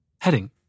Heading